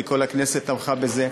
כי כל הכנסת תמכה בזה,